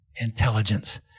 intelligence